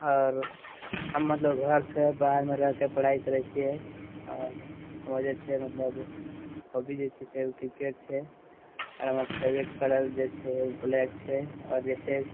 आओर हम घरसँ बाहर रहिकऽ पढाइ करै छिए आओर हमर जे छै मतलब हॉबीज जे छै ओ किरकेट छै आओर हमर फेवरेट कलर जे छै ओ ब्लैक छै